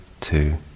two